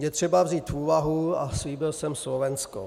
Je třeba vzít v úvahu, a slíbil jsem Slovensko.